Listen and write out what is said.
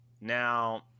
Now